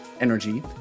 energy